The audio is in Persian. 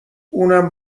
اونم